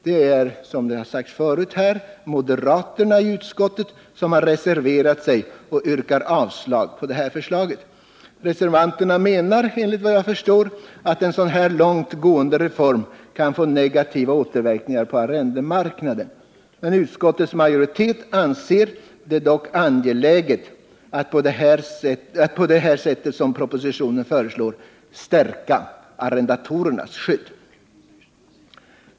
Det är, som sagts här förut, moderaterna som reserverat sig och yrkar avslag på det här förslaget. Reservanterna menar, enligt vad jag förstår, att en så här långt gående reform kan få negativa återverkningar på arrendemarknaden. Men utskottets majoritet anser det angeläget att på det sätt propositionen föreslår stärka arrendatorernas skydd.